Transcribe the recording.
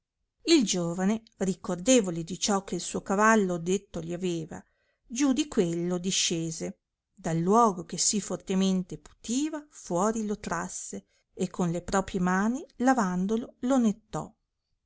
il giovane ricordevole di ciò che suo cavallo detto gli aveva giù di quello discese dal luogo che si fortemente putiva fuori lo trasse e con le propie mani lavandolo lo nettò